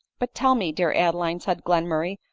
but tell me, dear adeline, said glenmurray,